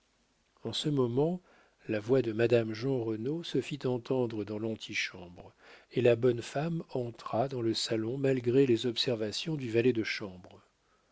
en ce moment la voix de madame jeanrenaud se fit entendre dans l'antichambre et la bonne femme entra dans le salon malgré les observations du valet de chambre